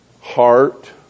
heart